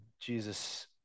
Jesus